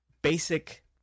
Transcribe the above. basic